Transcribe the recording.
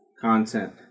content